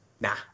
Nah